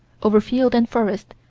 over field and forest,